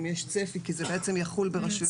אם יש צפי כי זה בעצם יחול ברשויות אדומות.